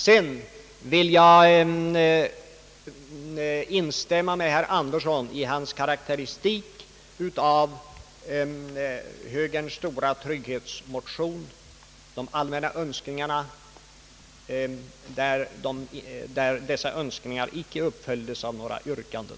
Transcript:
Jag vill instämma med herr Andersson i hans karakteristik av högerns stora trygghetsmotion: allmänna önskningar som inte följs upp av några konkreta yrkanden.